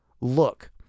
Look